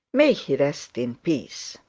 may he rest in peace!